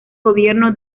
gobierno